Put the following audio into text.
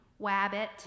Wabbit